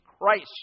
Christ